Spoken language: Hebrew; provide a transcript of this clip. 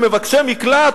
הם מבקשי מקלט?